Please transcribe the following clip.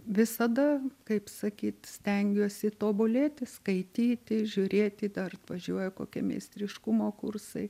visada kaip sakyt stengiuosi tobulėti skaityti žiūrėti dar atžiuoja kokie meistriškumo kursai